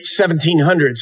1700s